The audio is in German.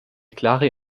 klare